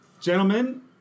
Gentlemen